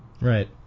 right